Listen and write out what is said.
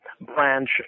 branch